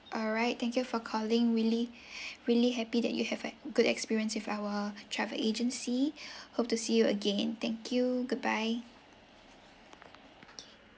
alright thank you for calling really really happy that you have a good experience with our travel agency hope to see you again thank you goodbye